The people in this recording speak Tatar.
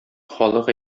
халык